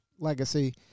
Legacy